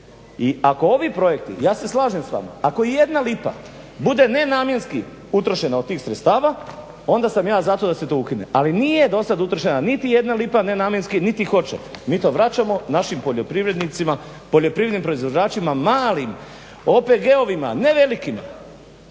I ako ovi projekti, ja se slažem s vama, ako i jedna lipa bude nenamjenski utrošena od tih sredstava onda sam ja za to da se to ukine, ali nije do sad utrošena niti jedna lipa nenamjenski niti hoće. Mi to vraćamo našim poljoprivrednicima, poljoprivrednim proizvođačima, malim OPG-ovima, ne velikima,